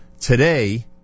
Today